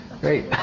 great